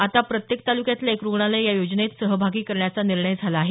आता प्रत्येक तालुक्यातलं एक रुग्णालय या योजनेत सहभागी करण्याचा निर्णय झाला आहे